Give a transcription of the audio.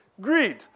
greed